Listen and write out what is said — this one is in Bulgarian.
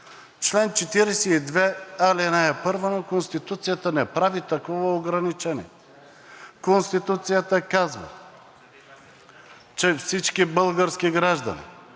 Чл. 42, ал. 1 на Конституцията не прави такова ограничение. Конституцията казва, че всички български граждани,